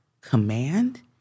command